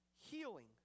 healing